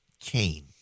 Cain